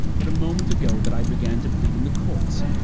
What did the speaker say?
but a moment ago that i began to plead in the courts,